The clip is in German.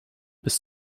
bis